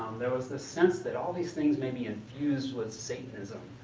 there was this sense that all these things may be infused with satanism,